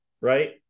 right